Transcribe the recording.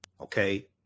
okay